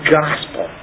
gospel